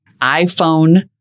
iphone